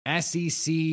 SEC